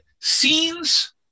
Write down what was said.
scenes